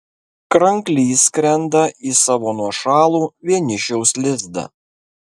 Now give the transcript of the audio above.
kranklys skrenda į savo nuošalų vienišiaus lizdą